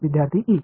विद्यार्थी ई